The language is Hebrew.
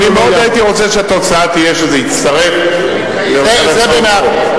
אני מאוד הייתי רוצה שהתוצאה תהיה שזה יצטרף לאותן הצעות.